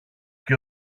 και